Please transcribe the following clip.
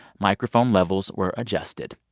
microphone levels were adjusted.